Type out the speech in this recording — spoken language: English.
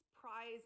prize